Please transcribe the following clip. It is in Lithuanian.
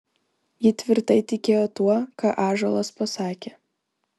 ji tvirtai tikėjo tuo ką ąžuolas pasakė